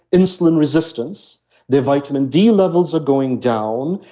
insulin resistance their vitamin d levels are going down,